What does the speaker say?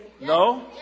No